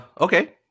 Okay